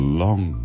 long